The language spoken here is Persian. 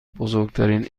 بزرگترین